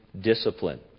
discipline